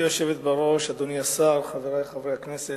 גברתי היושבת בראש, אדוני השר, חברי חברי הכנסת,